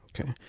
Okay